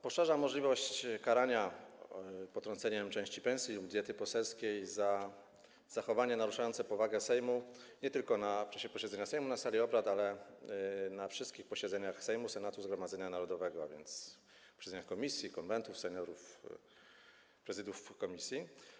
Poszerza możliwość karania potrąceniem części pensji lub diety poselskiej za zachowanie naruszające powagę Sejmu nie tylko w czasie posiedzenia Sejmu, w sali obrad, ale na wszystkich posiedzeniach Sejmu, Senatu, Zgromadzenia Narodowego, a więc na posiedzeniach komisji, Konwentu Seniorów, prezydiów komisji.